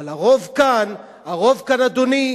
אבל הרוב כאן, הרוב כאן, אדוני,